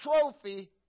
trophy